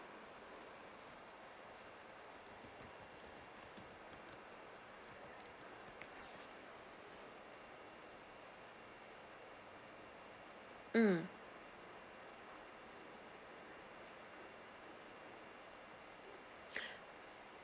mm